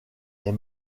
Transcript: est